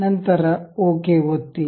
ನಂತರ ಓಕೆ ಒತ್ತಿ